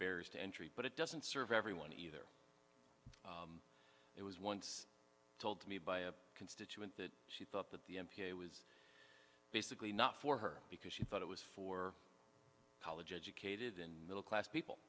barriers to entry but it doesn't serve everyone either it was once told to me by a constituent that she thought that the n p a was basically not for her because she thought it was for college educated and middle class people